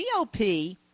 GOP